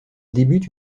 débute